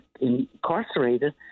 incarcerated